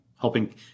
helping